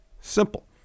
simple